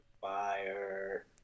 fire